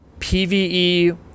PvE